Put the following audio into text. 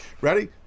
Ready